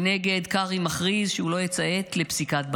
מנגד, קרעי מכריז שהוא לא יציית לפסיקת בג"ץ.